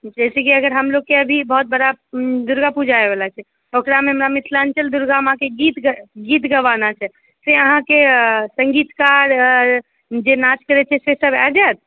जैसेकि अगर हमलोगके अभी बहुत बड़ा दुर्गा पूजा आबयवला छै ओकरामे हमरा मिथलाञ्चल दुर्गामाँके गीत गवाना छै से अहाँके सङ्गीतकार जे नाच करैत छै सेसभ आ जायत